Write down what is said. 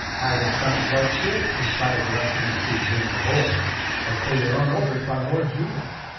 i'd have sunk blood's ship in spite of your excellency's being aboard but for your own orders by lord julian,